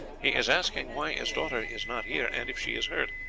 he is asking why his daughter is not here, and if she is hurt,